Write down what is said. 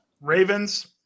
Ravens